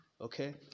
okay